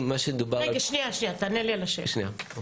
בשנת 2013